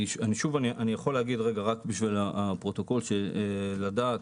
אני יכול להגיב רק בשביל הפרוטוקול כדי לדעת: